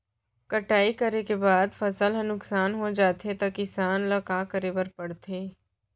कटाई करे के बाद फसल ह नुकसान हो जाथे त किसान ल का करे बर पढ़थे?